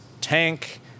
tank